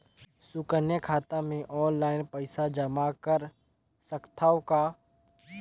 सुकन्या खाता मे ऑनलाइन पईसा जमा कर सकथव का?